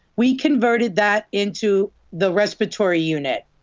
we converted that into the respiratory unit.